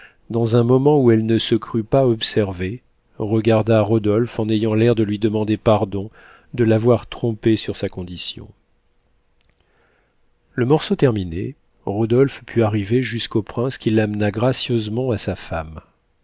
dans un moment où elle ne se crut pas observée regarda rodolphe en ayant l'air de lui demander pardon de l'avoir trompé sur sa condition le morceau terminé rodolphe put arriver jusqu'au prince qui l'amena gracieusement à sa femme